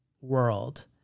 world